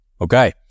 Okay